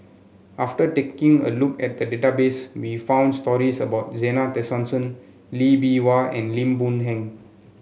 after taking a look at the database we found stories about Zena Tessensohn Lee Bee Wah and Lim Boon Heng